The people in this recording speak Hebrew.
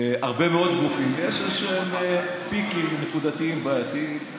בהרבה מאוד גופים יש איזשהם פיקים נקודתיים בעייתיים.